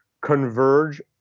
converge